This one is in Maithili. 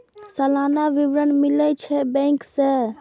सलाना विवरण मिलै छै बैंक से?